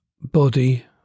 body